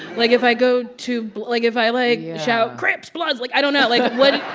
like, if i go too like, if i, like, shout, crips, bloods like, i don't know. like, what.